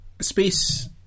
space